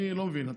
אני לא מבין.